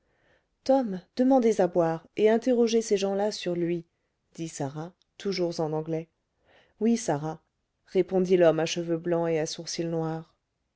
tom demandez à boire et interrogez ces gens-là sur lui dit sarah toujours en anglais oui sarah répondit l'homme à cheveux blancs et à sourcils noirs